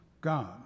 God